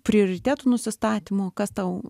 prioritetų nusistatymo kas tau